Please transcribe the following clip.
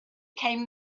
came